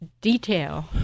detail